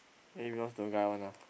maybe cause the guy one ah